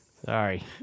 Sorry